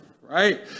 right